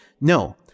No